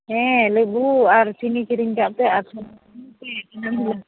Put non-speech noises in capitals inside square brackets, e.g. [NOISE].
ᱦᱮᱸ ᱞᱮᱵᱩ ᱟᱨ ᱪᱤᱱᱤ ᱠᱤᱨᱤᱧ ᱠᱟᱜᱯᱮ [UNINTELLIGIBLE]